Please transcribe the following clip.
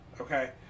Okay